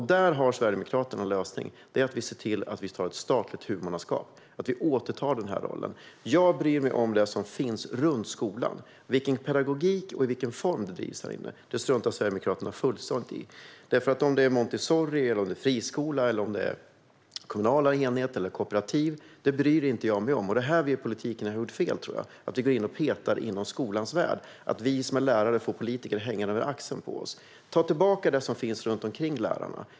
Där har Sverigedemokraterna en lösning, nämligen ett statligt huvudmannaskap. Vi bör återta denna roll. Jag bryr mig om det som finns runt skolan. Sverigedemokraterna struntar fullständigt i med vilken pedagogik och i vilken form skolan drivs. Om det är Montessori, friskola, kommunala enheter eller kooperativ bryr jag mig inte om, och jag tror att det är här som vi i politiken har gjort fel. Vi går in och petar i skolans värld, och lärarna får politiker hängande över axeln. Ta tillbaka det som finns runt omkring lärarna!